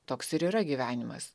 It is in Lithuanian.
toks ir yra gyvenimas